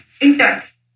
interns